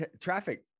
traffic